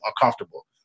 uncomfortable